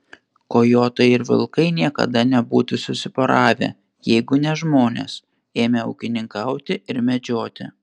kojotai ir vilkai niekada nebūtų susiporavę jeigu ne žmonės ėmę ūkininkauti ir medžioti